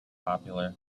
popular